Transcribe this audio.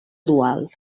dual